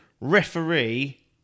referee